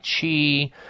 chi